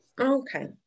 Okay